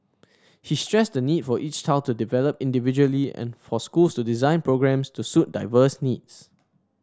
he stressed the need for each child to develop individually and for schools to design programmes to suit diverse needs